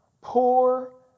poor